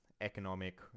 economic